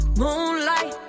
moonlight